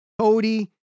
Cody